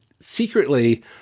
secretly